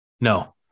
No